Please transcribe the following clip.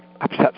upset